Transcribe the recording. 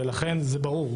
ולכן זה ברור,